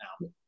now